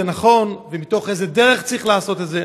נכון ומתוך איזו דרך צריך לעשות את זה,